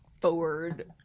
forward